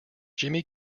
jimmy